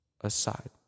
aside